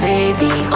Baby